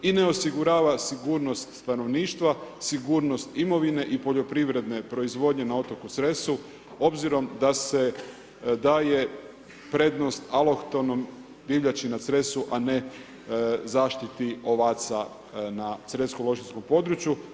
I ne osigurava sigurnost stanovništva, sigurnost imovine, i poljoprivredne proizvodnje na otoku Cresu obzirom da se daje prednost alohtonom divljači na Cresu a ne zaštiti ovaca na cresko lošinjskom području.